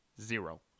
Zero